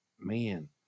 man